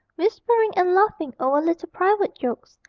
whispering and laughing over little private jokes,